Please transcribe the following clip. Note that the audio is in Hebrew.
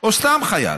או סתם חייל,